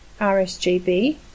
RSGB